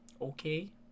Okay